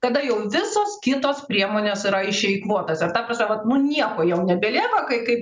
kada jau visos kitos priemonės yra išeikvotos ir ta prasme vat nu nieko jom nebelieka kai kai